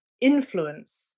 influence